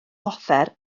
offer